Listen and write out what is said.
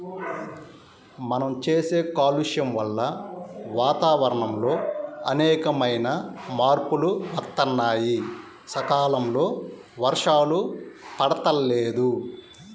మనం చేసే కాలుష్యం వల్ల వాతావరణంలో అనేకమైన మార్పులు వత్తన్నాయి, సకాలంలో వర్షాలు పడతల్లేదు